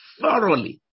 thoroughly